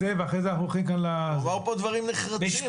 הוא אמר פה דברים נחרצים.